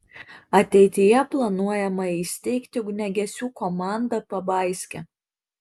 ateityje planuojama įsteigti ugniagesių komandą pabaiske